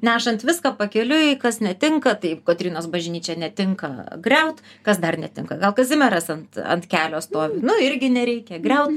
nešant viską pakeliui kas netinka tai kotrynos bažnyčia netinka griaut kas dar netinka gal kazimieras ant ant kelio stovi nu irgi nereikia griaut